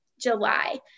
July